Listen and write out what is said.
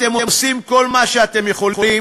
אתם עושים כל מה שאתם יכולים